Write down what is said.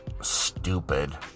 stupid